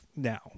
Now